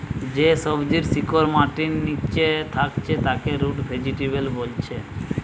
যে সবজির শিকড় মাটির লিচে থাকছে তাকে রুট ভেজিটেবল বোলছে